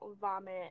vomit